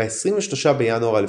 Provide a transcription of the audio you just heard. ב-23 בינואר 1941,